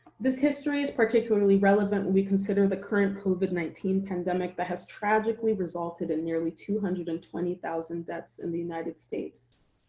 this history is particularly relevant when we consider the current covid nineteen pandemic that has tragically resulted in nearly two hundred and twenty thousand deaths in the united states.